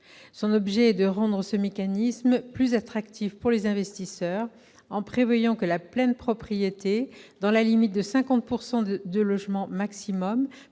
pour objet de rendre ce mécanisme plus attractif pour les investisseurs, en prévoyant que la pleine propriété, dans la limite maximale de 50 % des logements,